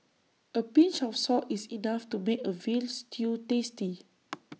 A pinch of salt is enough to make A Veal Stew tasty